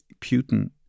Putin